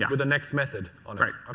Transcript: yeah with the next method. um correct. ah